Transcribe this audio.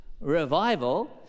revival